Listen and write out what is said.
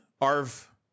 arv